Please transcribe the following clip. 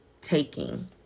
taking